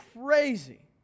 crazy